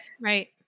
Right